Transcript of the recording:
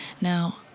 Now